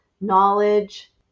knowledge